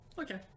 Okay